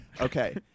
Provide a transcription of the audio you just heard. Okay